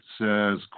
says